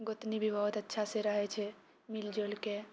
गोतनी भी बहुत अच्छासँ रहै छै मिलिजुलि कऽ